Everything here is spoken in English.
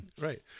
Right